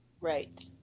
Right